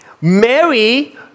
Mary